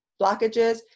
blockages